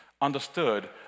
understood